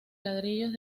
ladrillos